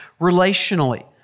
relationally